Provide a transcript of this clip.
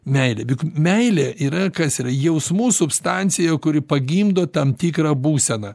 meilė meilė yra kas yra jausmų substancija kuri pagimdo tam tikrą būseną